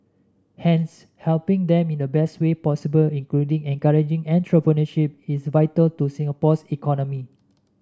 hence helping them in the best way possible including encouraging entrepreneurship is vital to Singapore's economy